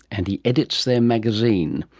and he edits their magazine.